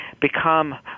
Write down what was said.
become